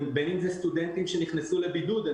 בין אם אלו סטודנטים שנכנסו לבידוד.